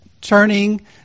turning